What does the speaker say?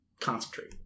concentrate